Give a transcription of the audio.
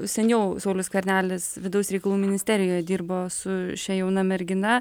seniau saulius skvernelis vidaus reikalų ministerijoje dirbo su šia jauna mergina